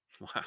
Wow